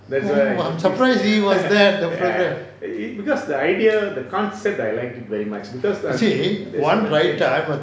I'm surprised he was there you see one writer I'm a